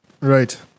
Right